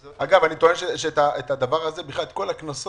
אגב, אני טוען שבכלל את כל הקנסות,